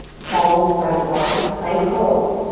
palms spread wide, plank pose.